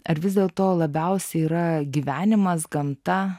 ar vis dėlto labiausiai yra gyvenimas gamta